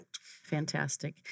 Fantastic